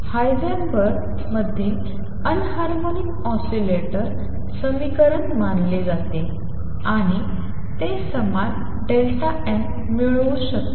Heisenberg मध्ये anharmonic oscillator समीकरण मानले जाते आणि ते समान Δn मिळवू शकते